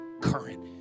current